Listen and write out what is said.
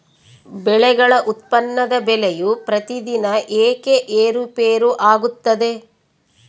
ಬೆಳೆಗಳ ಉತ್ಪನ್ನದ ಬೆಲೆಯು ಪ್ರತಿದಿನ ಏಕೆ ಏರುಪೇರು ಆಗುತ್ತದೆ?